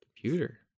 computer